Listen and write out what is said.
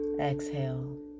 Exhale